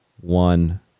one